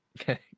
Okay